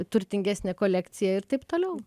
turtingesnę kolekciją ir taip toliau